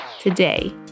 today